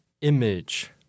image